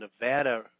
Nevada